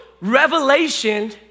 revelation